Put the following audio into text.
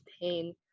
pain